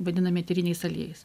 vadinami eteriniais aliejais